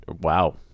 Wow